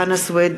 חנא סוייד,